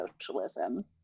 socialism